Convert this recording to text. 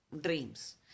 dreams